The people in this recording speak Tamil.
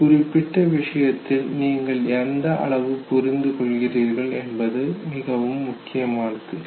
ஒரு குறிப்பிட்ட விஷயத்தில் நீங்கள் எந்த அளவு புரிந்து கொள்கிறீர்கள் என்பது மிகவும் முக்கியமானது